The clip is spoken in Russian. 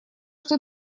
что